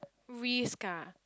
risk ah